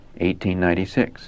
1896